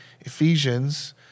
Ephesians